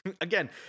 again